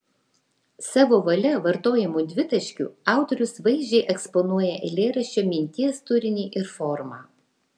savo valia vartojamu dvitaškiu autorius vaizdžiai eksponuoja eilėraščio minties turinį ir formą